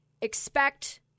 expect